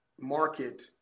market